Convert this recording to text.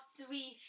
three